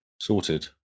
Sorted